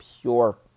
Pure